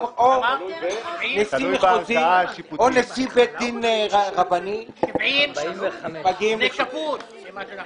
נשיא מחוזי או נשיא בית דין רבני מגיעים לסכום הזה.